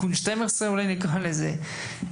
אולי נקרא לזה תיקון 12,